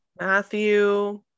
matthew